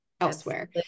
elsewhere